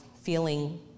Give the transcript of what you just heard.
feeling